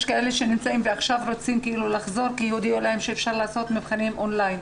יש כאלה שעכשיו רוצים לחזור כי הודיעו להם שאפשר לעשות מבחנים און-ליין.